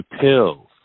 pills